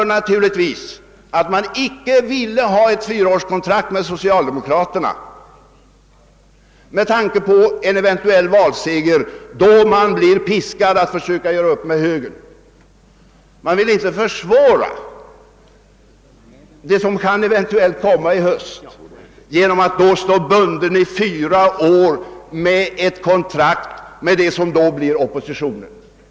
Jo, naturligtvis därför att de inte ville ha ett fyraårskontrakt med socialdemokraterna med tanke på en eventuell valseger, då de skulle bli piskade att försöka göra upp med högern. De vill inte försvåra det som eventuellt kan bli verklighet i höst genom att då vara bundna för fyra år vid ett kontrakt med vad som då blir oppositionen.